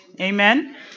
Amen